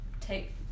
take